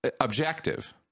objective